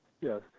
Yes